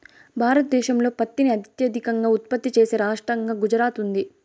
భారతదేశంలో పత్తిని అత్యధికంగా ఉత్పత్తి చేసే రాష్టంగా గుజరాత్ ఉంది